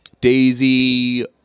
Daisy